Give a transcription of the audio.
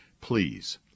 Please